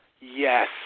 yes